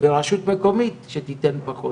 ורשות מקומית שתתן פחות